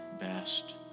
best